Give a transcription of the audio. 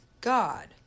God